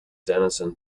denison